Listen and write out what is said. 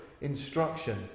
instruction